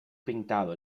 pintado